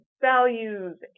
values